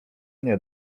nie